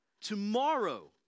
Tomorrow